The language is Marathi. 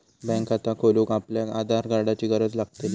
बॅन्क खाता खोलूक आपल्याक आधार कार्डाची गरज लागतली